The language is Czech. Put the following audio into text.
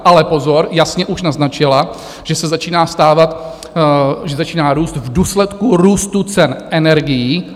Ale pozor, jasně už naznačila, že se začíná stávat, že začíná růst v důsledku růstu cen energií.